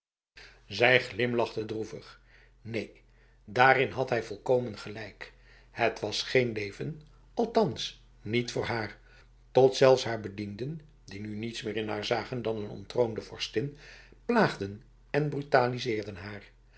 zij glimlachte droevig neen daarin had hij volkomen gelijk het was geen leven althans niet voor haar tot zelfs haar bedienden die nu niets meer in haar zagen dan een onttroonde vorstin plaagden en brutaliseerden haar